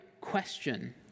question